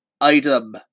item